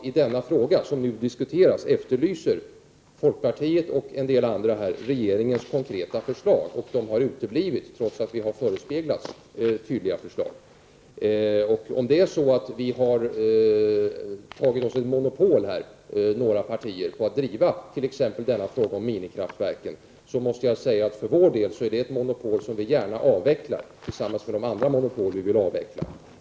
I den fråga som nu diskuteras efterlyser folkpartiet och en del andra regeringens konkreta förslag. De har uteblivit, trots att vi har förespeglats tydliga förslag. Om vi och några andra partier har tagit monopol på att driva t.ex. frågan om minikraftverk, måste jag säga att det för vår del är ett monopol som vi gärna avvecklar tillsammans med de andra monopol som vi vill avveckla.